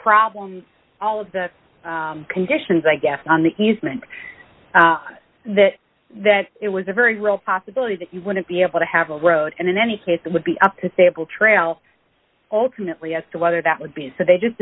problems all of the conditions i guess on the easement that that it was a very real possibility that you wouldn't be able to have a road and in any case it would be up to sable trail ultimately as to whether that would be so they just